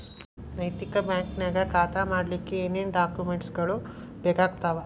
ನೈತಿಕ ಬ್ಯಾಂಕ ನ್ಯಾಗ್ ಖಾತಾ ಮಾಡ್ಲಿಕ್ಕೆ ಏನೇನ್ ಡಾಕುಮೆನ್ಟ್ ಗಳು ಬೇಕಾಗ್ತಾವ?